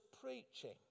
preaching